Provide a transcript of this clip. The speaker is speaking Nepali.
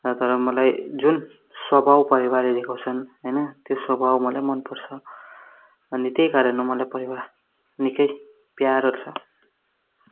र तर मलाई जुन स्वभाव परेवाले देखाउँछन् होइन त्यो स्वभाव मलाई पनि मनपर्छ अनि त्यही कारण हो मलाई परेवा निकै प्यारो छ